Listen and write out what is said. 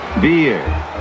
Beer